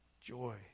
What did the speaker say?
joy